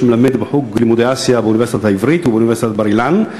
שמלמד בחוג ללימודי אסיה באוניברסיטה העברית ובאוניברסיטת בר-אילן.